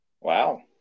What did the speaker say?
Wow